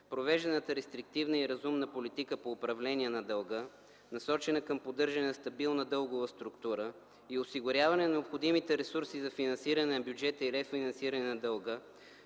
Провежданата рестриктивна и разумна политика по управление на дълга, насочена към поддържане на стабилна дългова структура и осигуряване на необходимите ресурси за финансиране на бюджета и рефинансиране на дълга